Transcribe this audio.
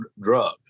drug